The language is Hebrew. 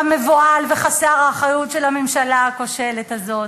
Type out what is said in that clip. המבוהל וחסר האחריות של הממשלה הכושלת הזאת,